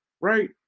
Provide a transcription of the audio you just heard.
right